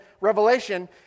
Revelation